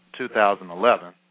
2011